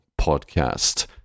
podcast